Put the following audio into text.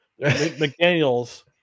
McDaniels